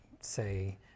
say